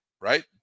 right